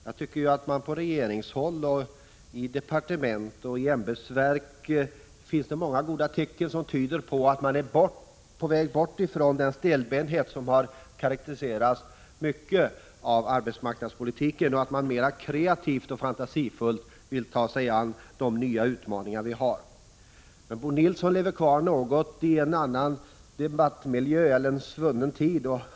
Jag tycker att det på regeringshåll, inom departement och ämbetsverk finns många goda tecken som tyder på att man är på väg bort från den stelbenthet som karakteriserat arbetsmarknadspolitiken och mera kreativt och fantasifullt tar sig an de nya utmaningarna. Men Bo Nilsson lever kvar något i en annan miljö eller i en svunnen tid.